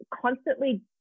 constantly